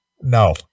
No